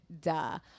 Duh